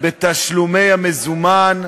בתשלומי המזומן,